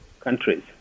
countries